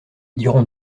dirons